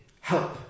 help